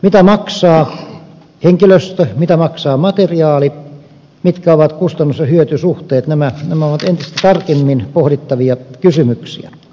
mitä maksaa henkilöstö mitä maksaa materiaali mitkä ovat kustannushyöty suhteet nämä ovat entistä tarkemmin pohdittavia kysymyksiä